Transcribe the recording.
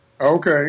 Okay